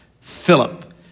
Philip